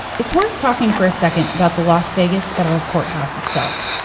it's worth talking for a second about the las vegas federal courthouse itself.